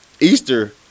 Easter